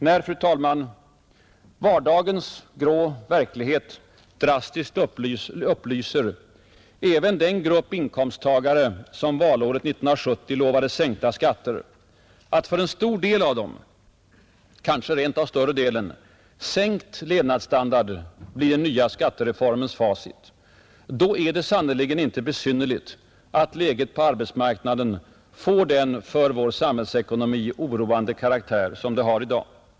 När vardagens grå verklighet drastiskt upplyser även den grupp inkomsttagare, som valåret 1970 lovades sänkta skatter, om att för en stor del av dem — kanske rent av större delen — sänkt levnadsstandard blir den nya skattereformens facit, då är det sannerligen inte besynnerligt att läget på arbetsmarknaden får den för vår samhällsekonomi oroande karaktär som det har i dag.